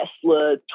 Tesla